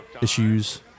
issues